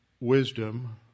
wisdom